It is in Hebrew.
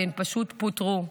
כי הן פשוט פוטרו.